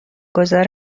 گذار